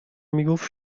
میگفت